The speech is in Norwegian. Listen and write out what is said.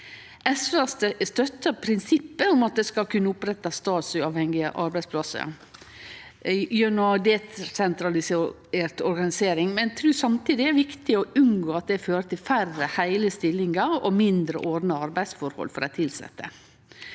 SV støttar prinsippet om at det skal kunne opprettast staduavhengige arbeidsplassar gjennom desentralisert organisering, men trur samtidig det er viktig å unngå at det fører til færre heile stillingar og mindre ordna arbeidsforhold for dei tilsette.